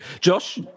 Josh